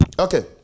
Okay